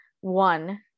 one